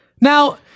Now—